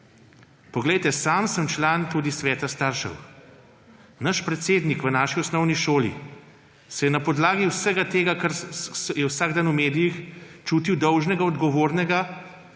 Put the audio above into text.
Sam sem član tudi sveta staršev. Naš predsednik v naši osnovni šoli se je na podlagi vsega tega, kar je vsak dan v medijih, čutil dolžnega, odgovornega,